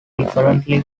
differently